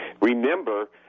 Remember